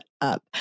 up